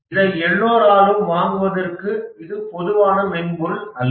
இதை எல்லோராலும் வாங்குவதற்கு இது பொதுவான மென்பொருள் அல்ல